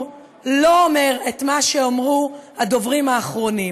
לא אומר את מה שאמרו הדוברים האחרונים,